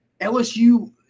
LSU